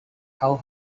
how